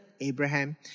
Abraham